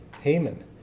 Haman